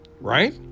right